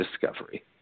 discovery